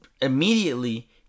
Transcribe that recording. immediately